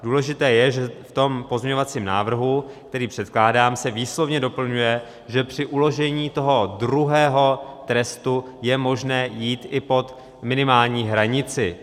Důležité je, že v pozměňovacím návrhu, který předkládám, se výslovně doplňuje, že při uložení druhého trestu je možné jít i pod minimální hranici.